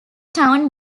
town